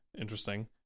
interesting